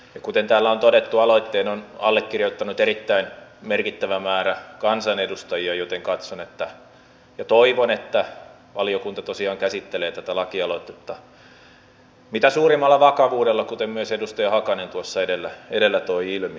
kuten täällä on todettu aloitteen on allekirjoittanut erittäin merkittävä määrä kansanedustajia joten katson ja toivon että valiokunta tosiaan käsittelee tätä lakialoitetta mitä suurimmalla vakavuudella kuten myös edustaja hakanen tuossa edellä toi ilmi